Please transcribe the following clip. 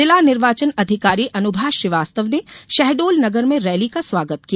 जिला निर्वाचन अधिकारी अनुभा श्रीवास्तव ने शहडोल नगर में रैली का स्वागत किया